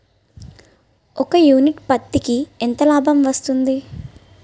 ఒక యూనిట్ పత్తికి ఎంత లాభం వస్తుంది?